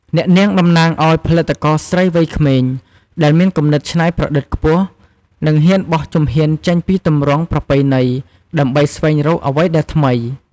អ្នកនាងតំណាងឱ្យផលិតករស្រីវ័យក្មេង ដែលមានគំនិតច្នៃប្រឌិតខ្ពស់ និងហ៊ានបោះជំហានចេញពីទម្រង់ប្រពៃណី ដើម្បីស្វែងរកអ្វីដែលថ្មី។